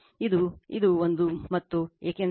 ಇದು ಇದು ಒಂದು ಮತ್ತು ಏಕೆಂದರೆ Vab ಏನೂ ಅಲ್ಲ ಆದರೆ ಅದುVL